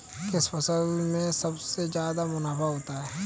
किस फसल में सबसे जादा मुनाफा होता है?